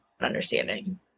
understanding